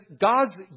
God's